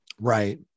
right